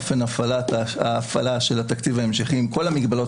אופן ההפעלה של התקציב ההמשכי עם כל המגבלות